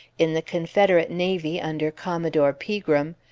in the confederate navy under commodore pegram,